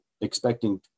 expecting